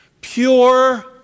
Pure